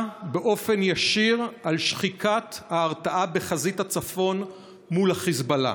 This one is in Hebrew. באופן ישיר על שחיקת ההרתעה בחזית הצפון מול החיזבאללה.